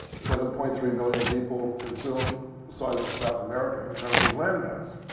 seven point three billion people consume the size of south america in terms of landmass.